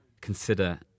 consider